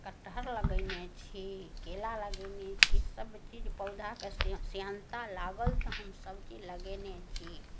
कठहर लगैने छी केला लगैने छी सभचीज पौधाके सेहेन्ता लागल तऽ हम सभचीज लगैने छी